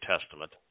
Testament